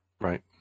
Right